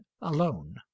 alone